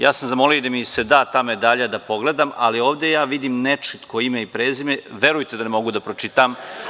Ja sam zamolio da mi se da ta medalja da pogledam, ali ovde ja vidim nečitko ime i prezime, verujte da ne mogu da pročitam.